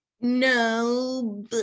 no